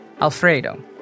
Alfredo